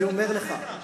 אני אומר לך,